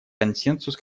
консенсус